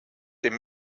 dem